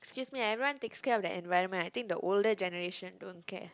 excuse me everyone take cares the environment I think the older generation don't care